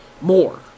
more